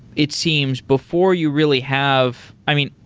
it seems, before you really have i mean,